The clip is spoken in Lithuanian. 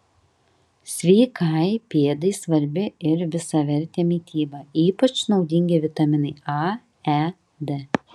sveikai pėdai svarbi ir visavertė mityba ypač naudingi vitaminai a e d